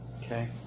Okay